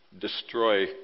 destroy